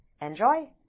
Enjoy